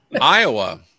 Iowa